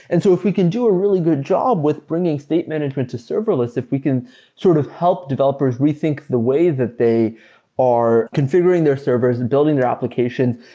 and so if we can do a really good job with bringing state management to serverless, if we can sort of help developers rethink the way that they are configuring their servers and building their application,